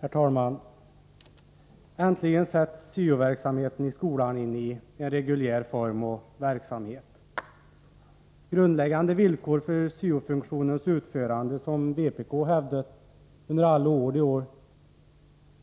Herr talman! Äntligen kommer syo-verksamheten i skolan in i reguljär form och verksamhet. De grundläggande villkor för syo-funktionens utförande som vpk har hävdat under alla de år